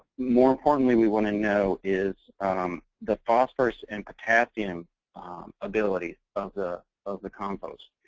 more importantly, we want to know is um the phosphorous and potassium ability of the of the compost.